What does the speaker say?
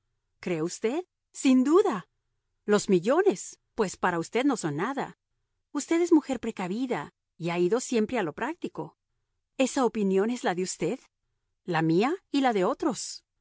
cree usted sin duda los millones pues para usted no son nada usted es mujer precavida y ha ido siempre a lo práctico esa opinión es la de usted la mía y la de otros